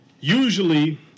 Usually